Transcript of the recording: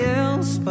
else